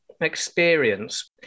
experience